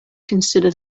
consider